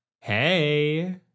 Hey